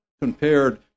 compared